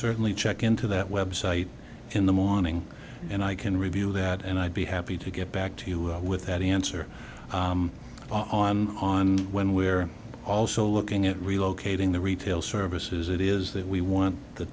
certainly check into that website in the morning and i can review that and i'd be happy to get back to you with that answer on on when we're also looking at relocating the retail services it is that we want the